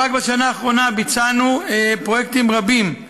רק בשנה האחרונה ביצענו פרויקטים רבים,